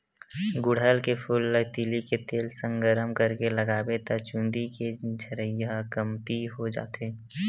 गुड़हल के फूल ल तिली के तेल संग गरम करके लगाबे त चूंदी के झरई ह कमती हो जाथे